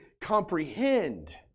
comprehend